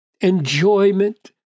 enjoyment